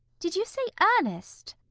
did you say ernest?